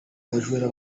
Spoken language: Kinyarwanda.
bajura